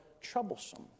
troublesome